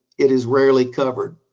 it is rarely covered.